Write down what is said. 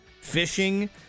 fishing